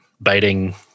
biting